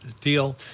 deal